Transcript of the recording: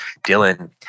Dylan